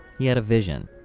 he had a vision.